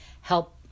help